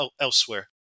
elsewhere